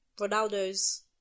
Ronaldo's